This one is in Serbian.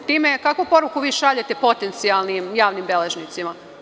Kakvu poruku vi šaljete potencijalnim javnim beležnicima?